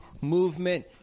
movement